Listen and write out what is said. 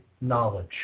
knowledge